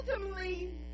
Ultimately